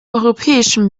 europäischen